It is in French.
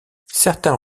certains